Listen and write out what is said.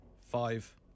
Five